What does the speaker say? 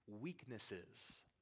weaknesses